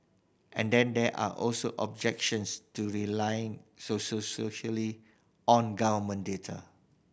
and then there are also objections to relying on government data